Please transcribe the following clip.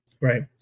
right